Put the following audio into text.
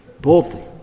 Boldly